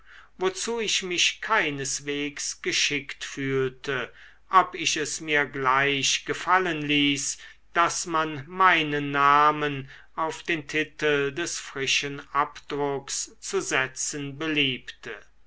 wozu ich mich keineswegs geschickt fühlte ob ich es mir gleich gefallen ließ daß man meinen namen auf den titel des frischen abdrucks zu setzen beliebte